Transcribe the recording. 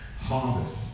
harvest